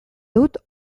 dut